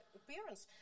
appearance